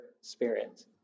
spirit